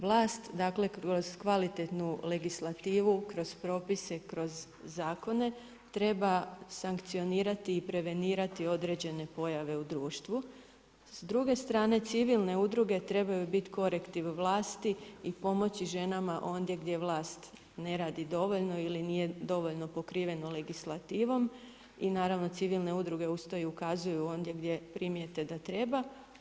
Vlast kroz kvalitetnu legislativu, kroz propise, kroz zakone, treba sankcionirati i prevenirati određene pojave u društvu, s druge strane civilne udruge trebaju biti korektiv vlasti i pomoći ženama ondje gdje vlast ne radi dovoljno ili nije dovoljno pokriveno legislativom, i naravno civilne udruge uz to i ukazuju ondje gdje primijete da treba.